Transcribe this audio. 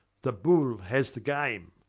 the bull has the game.